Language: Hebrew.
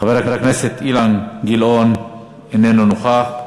חבר הכנסת אילן גילאון, איננו נוכח.